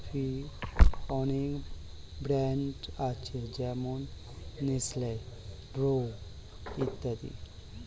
কফির অনেক ব্র্যান্ড আছে যেমন নেসলে, ব্রু ইত্যাদি